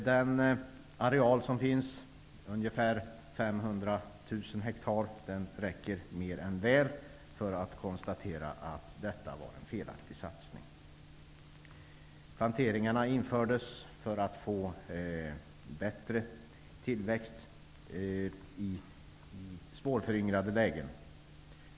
Den areal som finns, ungeför 500 000 hektar, räcker mer än väl för att konstatera att detta var en felaktig satsning. Planteringarna infördes för att man skulle få bättre tillväxt i svårföryngrade lägen.